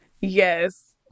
Yes